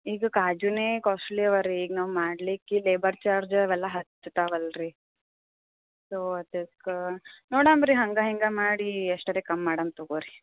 ಈಗ ಕಾಜುನೇ ಕಾಸ್ಟ್ಲಿ ಆವಾ ರೀ ಈಗ ನಾವು ಮಾಡಲಿಕ್ಕೆ ಲೇಬರ್ ಚಾರ್ಜ್ ಅವೆಲ್ಲ ಹತ್ತಿವೆ ಅಲ್ಲ ರೀ ಸೊ ಅದಕ್ಕೆ ನೋಡೋಮ್ ಬರ್ರಿ ಹಾಗೆ ಹೀಗೆ ಮಾಡಿ ಎಷ್ಟಾರ ಕಮ್ಮಿ ಮಾಡೋಣ ತಗೊಳ್ರೀ